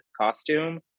costume